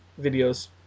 videos